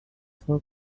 for